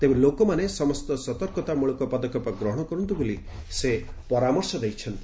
ତେବେ ଲୋକମାନେ ସମସ୍ତ ସତର୍କତାମଳକ ପଦକ୍ଷେପ ଗ୍ରହଣ କରନ୍ତୁ ବୋଲି ସେ ଆହ୍ବାନ କରିଛନ୍ତି